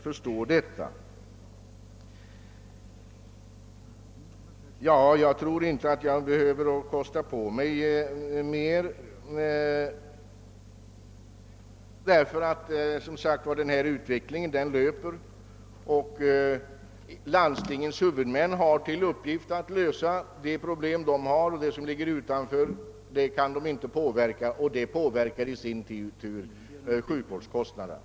Utvecklingen fortsätter och landsting ens huvudmän har till uppgift att lösa sina problem. Det som ligger utanför deras område kan de inte påverka och detta i sin tur påverkar sjukvårdskostnaderna.